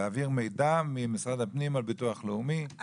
להעביר מידע ממשרד הפנים לביטוח לאומי,